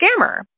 scammer